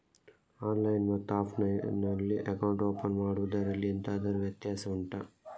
online ಮತ್ತು offline ನಲ್ಲಿ account open ಮಾಡುವುದರಲ್ಲಿ ಎಂತಾದರು ವ್ಯತ್ಯಾಸ ಉಂಟಾ